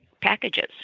packages